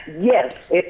Yes